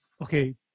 Okay